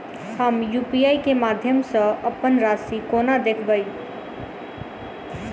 हम यु.पी.आई केँ माध्यम सँ अप्पन राशि कोना देखबै?